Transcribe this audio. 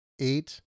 eight